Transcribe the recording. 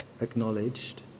acknowledged